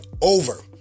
over